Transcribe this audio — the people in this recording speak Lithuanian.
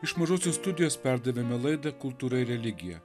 iš mažosios studijos perdavėme laidą kultūra ir religija